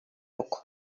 yok